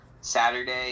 Saturday